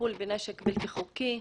לטיפול בנשק בלתי חוקי,